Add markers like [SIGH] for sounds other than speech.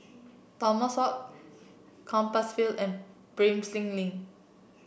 Thomas [UNINTELLIGIBLE] Compassvale and Prinsep Link